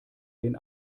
den